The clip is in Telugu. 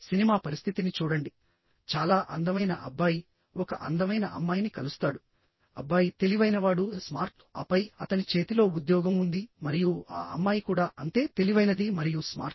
సినిమా పరిస్థితిని చూడండి చాలా అందమైన అబ్బాయి ఒక అందమైన అమ్మాయిని కలుస్తాడు అబ్బాయి తెలివైనవాడు స్మార్ట్ ఆపై అతని చేతిలో ఉద్యోగం ఉంది మరియు ఆ అమ్మాయి కూడా అంతే తెలివైనది మరియు స్మార్ట్